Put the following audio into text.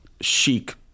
chic